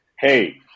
hey